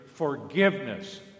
Forgiveness